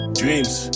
dreams